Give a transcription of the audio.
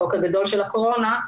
בחוק הגדול של הקורונה,